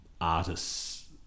artists